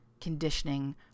conditioning